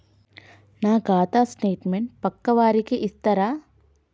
నా ఖాతా స్టేట్మెంట్ పక్కా వారికి ఇస్తరా?